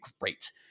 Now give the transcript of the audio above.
great